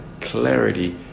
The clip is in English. clarity